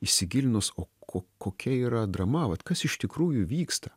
įsigilinus o ko kokia yra drama vat kas iš tikrųjų vyksta